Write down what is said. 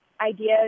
ideas